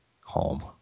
home